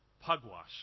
Pugwash